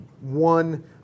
one